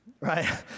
right